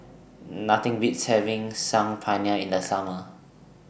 Nothing Beats having Saag Paneer in The Summer